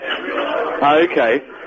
Okay